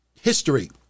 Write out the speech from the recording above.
history